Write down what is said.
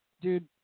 Dude